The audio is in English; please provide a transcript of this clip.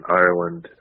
ireland